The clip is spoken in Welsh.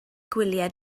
gwyliau